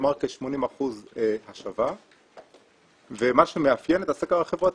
כלומר כ-80% השבה ומה שמאפיין את הסקר החברתי,